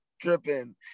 dripping